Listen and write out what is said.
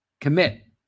commit